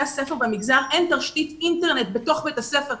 הספר במגזר אין תשתית אינטרנט בתוך בית הספר,